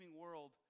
world